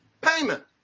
Payment